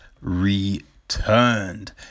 returned